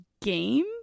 game